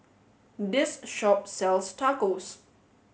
this shop sells Tacos